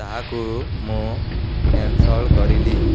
ତାହାକୁ ମୁଁ କ୍ୟାନ୍ସଲ୍ କରିଲି